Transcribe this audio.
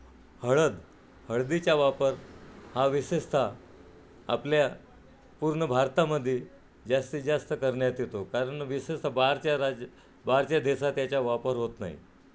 हळद हळदीचा वापर हा विशेषतः आपल्या पूर्ण भारतामध्ये जास्तीत जास्त करण्यात येतो कारण विशेषत बाहेरच्या राज्य बाहेरच्या देशात त्याचा वापर होत नाही